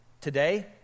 Today